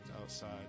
Outside